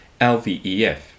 LVEF